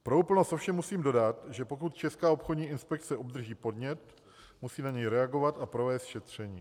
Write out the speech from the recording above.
Pro úplnost ovšem musím dodat, že pokud Česká obchodní inspekce obdrží podnět, musí na něj reagovat a provést šetření.